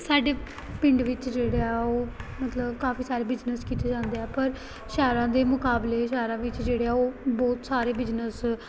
ਸਾਡੇ ਪਿੰਡ ਵਿੱਚ ਜਿਹੜੇ ਆ ਉਹ ਮਤਲਬ ਕਾਫੀ ਸਾਰੇ ਬਿਜਨਸ ਕੀਤੇ ਜਾਂਦੇ ਆ ਪਰ ਸ਼ਹਿਰਾਂ ਦੇ ਮੁਕਾਬਲੇ ਸ਼ਹਿਰਾਂ ਵਿੱਚ ਜਿਹੜੇ ਆ ਉਹ ਬਹੁਤ ਸਾਰੇ ਬਿਜਨਸ